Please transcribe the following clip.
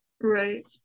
Right